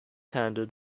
handed